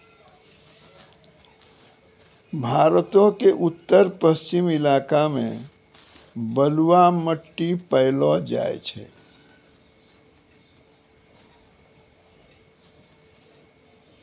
भारतो के उत्तर पश्चिम इलाका मे बलुआ मट्टी पायलो जाय छै